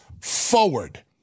forward